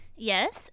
Yes